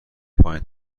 پایین